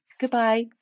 Goodbye